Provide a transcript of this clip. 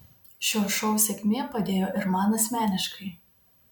šio šou sėkmė padėjo ir man asmeniškai